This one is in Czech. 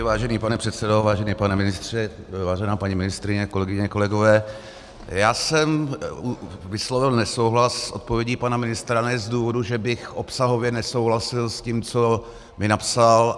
Vážený pane předsedo, vážený pane ministře, vážená paní ministryně, kolegyně, kolegové, já jsem vyslovil nesouhlas s odpovědí pana ministra ne z důvodu, že bych obsahově nesouhlasil s tím, co mi napsal.